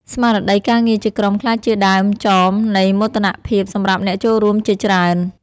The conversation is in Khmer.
ស្មារតីការងារជាក្រុមក្លាយជាដើមចមនៃមោទនភាពសម្រាប់អ្នកចូលរួមជាច្រើន។